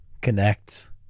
Connect